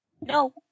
No